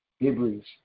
Hebrews